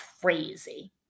crazy